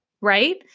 right